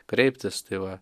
kreiptis tai va